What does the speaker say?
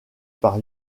par